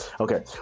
Okay